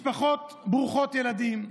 משפחות ברוכות ילדים,